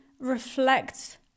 reflect